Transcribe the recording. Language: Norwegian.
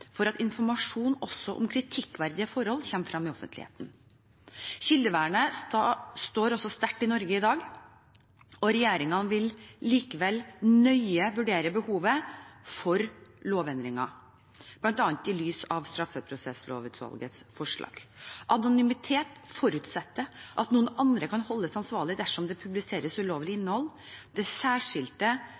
for at informasjon også om kritikkverdige forhold kommer frem i offentligheten. Kildevernet står også sterkt i Norge i dag. Regjeringen vil likevel nøye vurdere behovet for lovendringer, bl.a. i lys av Straffeprosesslovutvalgets forslag. Anonymitet forutsetter at noen andre kan holdes ansvarlig dersom det publiseres ulovlig innhold. Det særskilte